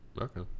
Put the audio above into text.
okay